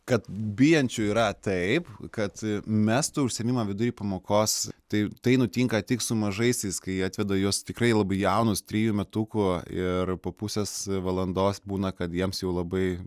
kad bijančių yra taip kad mestų užsiėmimą vidury pamokos taip tai nutinka tik su mažaisiais kai atveda juos tikrai labai jaunus trejų metukų ir po pusės valandos būna kad jiems jau labai